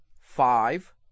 five